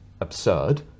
absurd